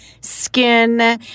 skin